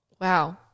Wow